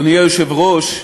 אדוני היושב-ראש,